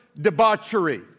debauchery